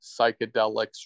psychedelics